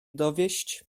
dowieść